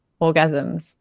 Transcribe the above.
orgasms